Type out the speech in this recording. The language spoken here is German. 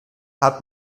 hat